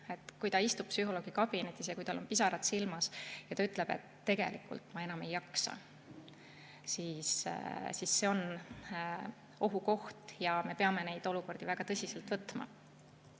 kutt, istub psühholoogi kabinetis, tal on pisarad silmas ja ta ütleb, et tegelikult ta enam ei jaksa, siis see on ohukoht. Me peame neid olukordi väga tõsiselt võtma.